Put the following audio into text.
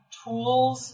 tools